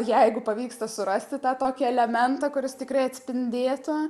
jeigu pavyksta surasti tą tokį elementą kuris tikrai atspindėtų